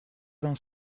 vingt